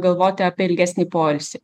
galvoti apie ilgesnį poilsį